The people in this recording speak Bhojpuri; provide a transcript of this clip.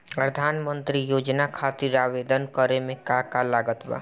प्रधानमंत्री योजना खातिर आवेदन करे मे का का लागत बा?